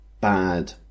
bad